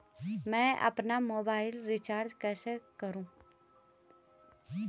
मैं अपना mobile recharge कैसे करूँ?